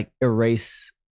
erase